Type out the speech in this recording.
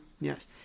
Yes